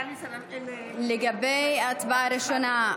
לגבי ההצבעה הראשונה,